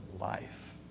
life